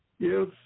Yes